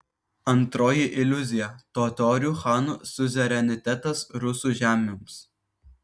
antroji iliuzija totorių chanų siuzerenitetas rusų žemėms